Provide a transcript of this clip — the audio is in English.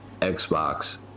xbox